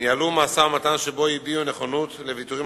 ניהלו משא-ומתן שבו הביעו נכונות לוויתורים